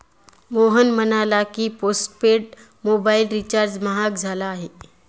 मोहन म्हणाला की, postpaid mobile recharge महाग झाला आहे